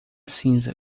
cinza